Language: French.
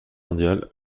mondiale